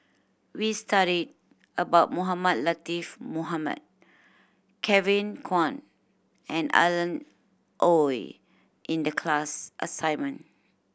we studied about Mohamed Latiff Mohamed Kevin Kwan and Alan Oei in the class assignment